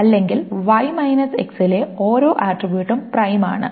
അല്ലെങ്കിൽ Y minus X ലെ ഓരോ ആട്രിബ്യൂട്ടും പ്രൈം ആണ്